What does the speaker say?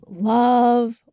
love